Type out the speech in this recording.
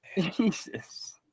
Jesus